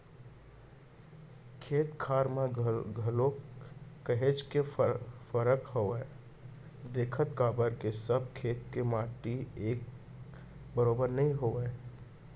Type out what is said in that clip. खेत खार म घलोक काहेच के फरक होवत दिखथे काबर के सब खेत के माटी ह एक बरोबर नइ होवय